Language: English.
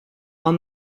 are